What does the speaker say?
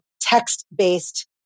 text-based